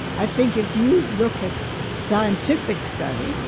i think if you look at scientific study,